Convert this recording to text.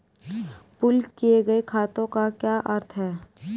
Pool किए गए खातों का क्या अर्थ है?